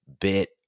bit